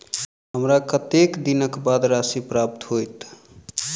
हमरा कत्तेक दिनक बाद राशि प्राप्त होइत?